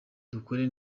dukore